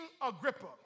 Agrippa